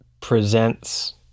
presents